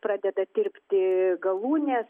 pradeda tirpti galūnės